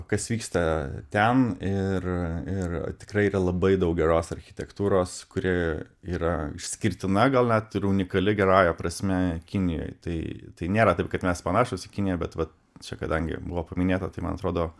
kas vyksta ten ir ir tikrai yra labai daug geros architektūros kuri yra išskirtina gal net ir unikali gerąja prasme kinijoj tai tai nėra taip kad mes panašūs į kiniją bet vat čia kadangi buvo paminėta tai man atrodo